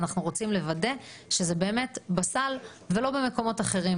ואנחנו רוצים לוודא שזה באמת בסל ולא במקומות אחרים.